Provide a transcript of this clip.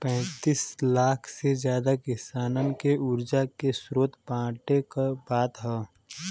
पैंतीस लाख से जादा किसानन के उर्जा के स्रोत बाँटे क बात ह